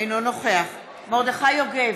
אינו נוכח מרדכי יוגב,